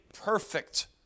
perfect